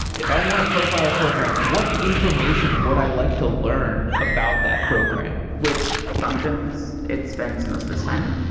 if i want to profile a program, what information would i like to learn about that program? which functions it spends most of its time in?